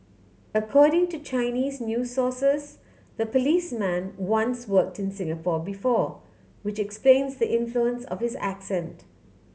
according to Chinese new sources the policeman once worked in Singapore before which explains the influence of his accent